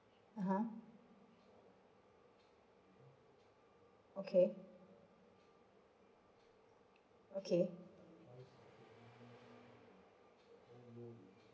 mmhmm okay okay